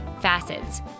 Facets